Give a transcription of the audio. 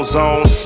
zone